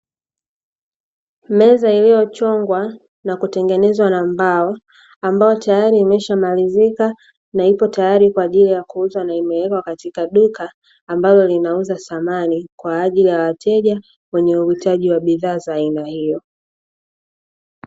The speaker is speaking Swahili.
Meza iliyochongwa na kutengenezwa na mbao, ambayo tayari imeshamalizika na ipo tayari kwa ajili ya kuuzwa, na imewekwa katika duka ambalo linauza samani kwa ajili ya wateja wenye uhitaji wa bidhaa za aina hiyo.